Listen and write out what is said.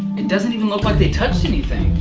it doesn't even look like they touched anything.